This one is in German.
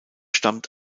stammt